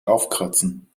aufkratzen